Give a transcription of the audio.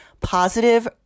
positive